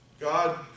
God